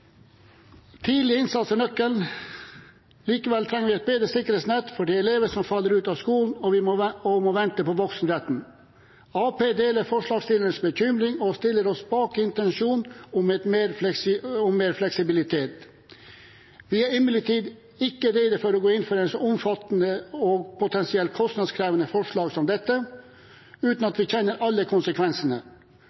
Tidlig innsats er nøkkelen. Likevel trenger vi et bedre sikkerhetsnett for de elevene som faller ut av skolen og må vente på voksenretten. Arbeiderpartiet deler forslagsstillernes bekymring og stiller seg bak intensjonen om mer fleksibilitet. Vi er imidlertid ikke rede til å gå inn for et omfattende og potensielt kostnadskrevende forslag som dette uten at vi kjenner alle konsekvensene